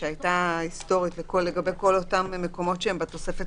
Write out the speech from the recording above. כשהתחלואה כל כך גבוהה ואנחנו הולכים לקראת תקופה